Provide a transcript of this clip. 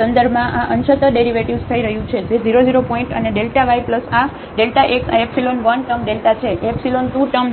સંદર્ભમાં આ અંશત ડેરિવેટિવ્ઝ થઈ રહ્યું છે 0 0 પોઇન્ટ અને Δ y આ Δxઆ એપ્સીલોન 1 ટર્મ Δ છે એપ્સીલોન 2 ટર્મ દ્વારા